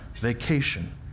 vacation